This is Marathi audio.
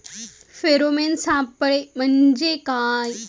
फेरोमेन सापळे म्हंजे काय?